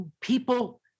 people